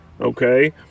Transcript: Okay